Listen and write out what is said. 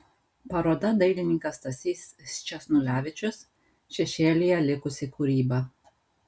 paroda dailininkas stasys sčesnulevičius šešėlyje likusi kūryba